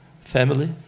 family